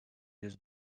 yüz